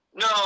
No